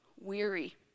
weary